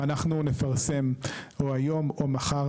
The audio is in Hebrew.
אנחנו נפרסם או היום או מחר,